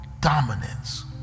dominance